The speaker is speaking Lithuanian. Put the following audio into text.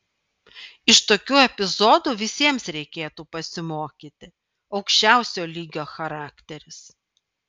iš tokių epizodų visiems reikėtų pasimokyti aukščiausio lygio charakteris